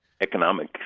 economic